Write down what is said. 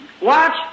watch